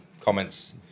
comments